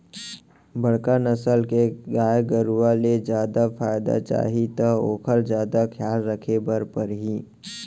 बड़का नसल के गाय गरू ले जादा फायदा चाही त ओकर जादा खयाल राखे बर परही